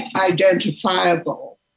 identifiable